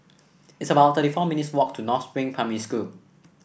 it's about thirty four minutes' walk to North Spring Primary School